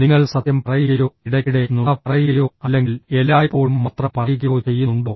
നിങ്ങൾ സത്യം പറയുകയോ ഇടയ്ക്കിടെ നുണ പറയുകയോ അല്ലെങ്കിൽ എല്ലായ്പ്പോഴും മാത്രം പറയുകയോ ചെയ്യുന്നുണ്ടോ